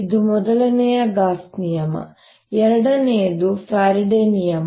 ಇದು ಮೊದಲನೆಯದು ಗಾಸ್ ನಿಯಮ ಎರಡನೆಯದು ಫ್ಯಾರಡೆ ನಿಯಮ